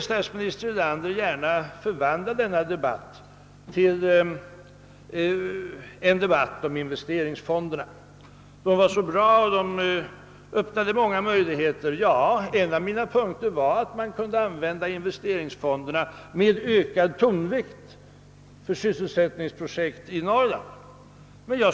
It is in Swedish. Statsminister Erlander ville gärna förvandla denna debatt till en diskussion om investeringsfonderna; de var så bra och öppnade många möjligheter. Ja, en av mina punkter var att man kunde använda investeringsfonderna med ökad tonvikt vid sysselsättningsprojekt i Norrland.